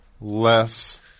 less